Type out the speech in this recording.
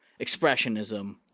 Expressionism